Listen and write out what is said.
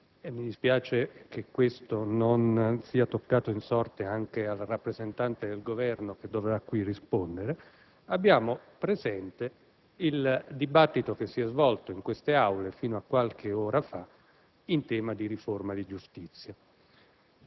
- mi dispiace che questo non sia toccato in sorte anche al rappresentante del Governo che dovrà qui rispondere - abbiamo presente il dibattito che si è svolto in quest'Aula fino a qualche ora fa in tema di giustizia.